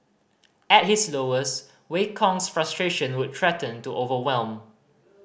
at his lowest Wei Kong's frustration would threaten to overwhelm